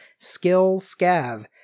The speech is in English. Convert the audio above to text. skillscav